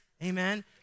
Amen